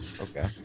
Okay